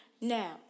Now